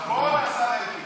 נכון, השר אלקין?